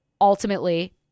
ultimately